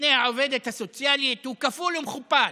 בפני העובדת הסוציאלית הוא כפול ומכופל.